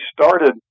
started